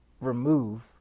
remove